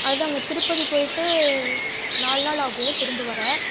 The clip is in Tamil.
அதுதாங்க திருப்பதி போய்ட்டு நாலு நாள் ஆகும் திரும்ப வர